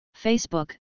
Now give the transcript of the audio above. Facebook